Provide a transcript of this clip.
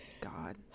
God